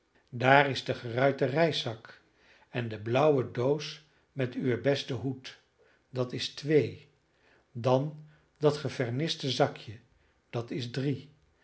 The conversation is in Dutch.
daar is de geruite reiszak en de blauwe doos met uwen besten hoed dat is twee dan dat geverniste zakje dat is drie